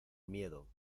miedo